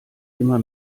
immer